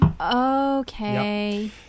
okay